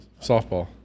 softball